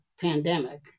pandemic